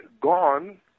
gone